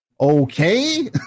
Okay